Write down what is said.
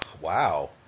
Wow